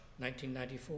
1994